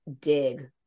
dig